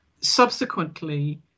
Subsequently